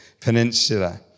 peninsula